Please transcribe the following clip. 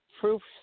proofs